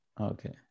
okay